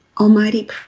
almighty